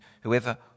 whoever